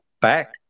back